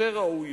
יותר ראוי,